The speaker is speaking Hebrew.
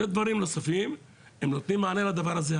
ודברים נוספים, הם נותנים מענה לדבר הזה.